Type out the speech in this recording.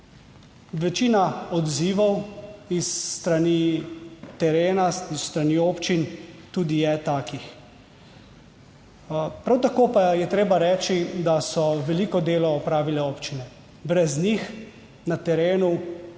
Večina odzivov s strani terena, s strani občin tudi je takih. Prav tako pa je treba reči, da so veliko delo opravile občine. Brez njih na terenu